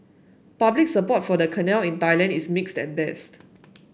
public support for the canal in Thailand is mixed at best